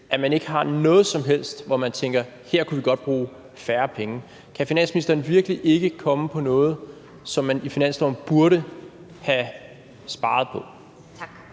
ikke har noget som helst post, hvor den tænker, at her kunne den godt bruge færre penge. Kan finansministeren virkelig ikke komme på noget, som man i finansloven burde have sparet på? Kl.